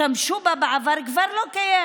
שהשתמשו בה בעבר, היא כבר לא קיימת.